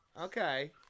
Okay